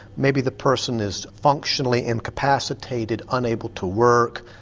maybe the person is functionally incapacitated, unable to work,